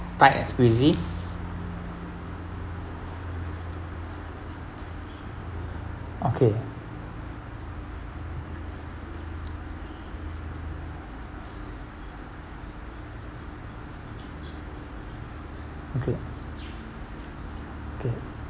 tight and squeezy okay okay okay